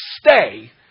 stay